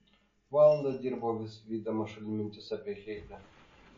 valandą dirbo vis vydamas šalin mintis apie heile